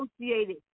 associated